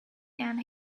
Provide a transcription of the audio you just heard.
and